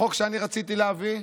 בחוק שאני רציתי להביא,